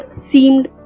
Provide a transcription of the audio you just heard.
seemed